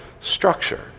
structure